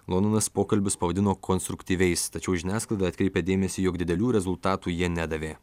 londonas pokalbius pavadino konstruktyviais tačiau žiniasklaida atkreipė dėmesį jog didelių rezultatų jie nedavė